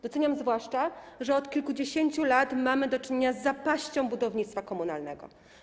Doceniam tym bardziej, że od kilkudziesięciu lat mamy do czynienia z zapaścią budownictwa komunalnego.